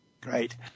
Great